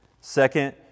Second